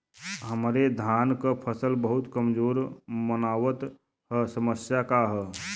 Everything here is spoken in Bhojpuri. हमरे धान क फसल बहुत कमजोर मनावत ह समस्या का ह?